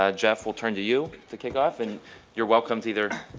ah jeff, we'll turn to you to kick off, and your welcome to either,